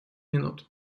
минуту